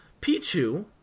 Pichu